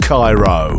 Cairo